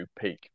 peak